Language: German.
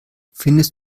findest